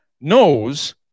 knows